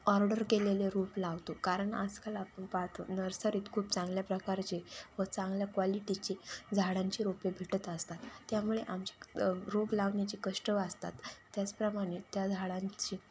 order केलेले रोप लावतो कारण आजकाल आपण पाहतो नर्सरीत खूप चांगल्या प्रकारचे व चांगल्या क्वालिटीचे झाडांची रोपे भेटत असतात त्यामुळे आमची रोप लावण्याची कष्ट वाचतात त्याचप्रमाणे त्या झाडांची